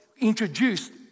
introduced